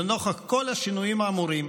לנוכח כל השינויים האמורים,